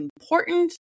important